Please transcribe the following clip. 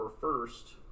first